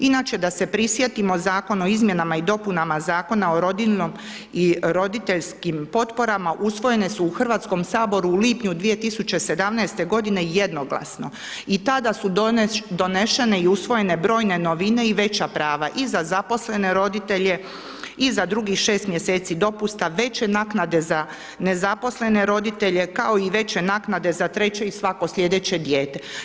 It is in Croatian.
Inače, da se prisjetimo, Zakon o izmjenama i dopunama Zakona o rodiljnom i roditeljskim potporama usvojene su u HS u lipnju 2017.g. jednoglasno i tada su donešene i usvojene brojne novine i veća prava, i za zaposlene roditelje, i za drugih šest mjeseci dopusta, veće naknade za nezaposlene roditelje, kao i veće naknade za treće i svako slijedeće dijete.